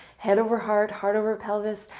head over heart. heart over pelvis.